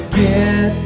get